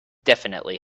definitely